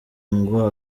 ngo